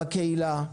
בקהילה,